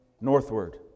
northward